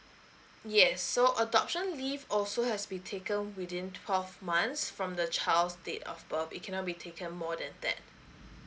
yes so adoption leave also has to be taken within twelve months from the child's date of birth it cannot be taken more than that